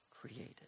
created